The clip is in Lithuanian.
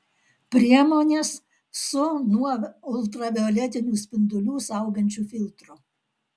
priemonės su nuo ultravioletinių spindulių saugančiu filtru